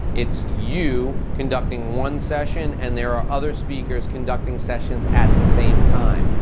it's you conducting one session and there are other speakers conducting sessions at the same time.